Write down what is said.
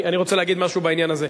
אני רוצה להגיד משהו בעניין הזה.